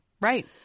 Right